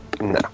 no